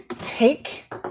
take